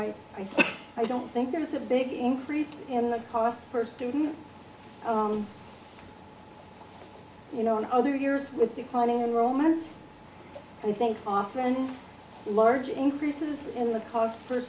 mean i don't think there was a big increase in the cost per student you know in other years with declining enrollment and i think often large increases in the cost